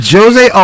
Jose